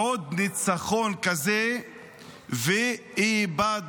עוד ניצחון כזה ואבדנו.